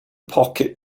pocket